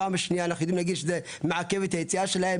פעם שנייה אנחנו יודעים שה מעכב את היציאה שלהם